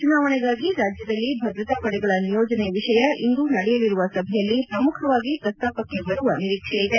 ಚುನಾವಣೆಗಾಗಿ ರಾಜ್ಯದಲ್ಲಿ ಭದ್ರತಾ ಪಡೆಗಳ ನಿಯೋಜನೆ ವಿಷಯ ಇಂದು ನಡೆಯಲಿರುವ ಸಭೆಯಲ್ಲಿ ಪ್ರಮುಖವಾಗಿ ಪ್ರಸ್ತಾಪಕ್ಕೆ ಬರುವ ನಿರೀಕ್ಷೆ ಇದೆ